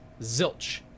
zilch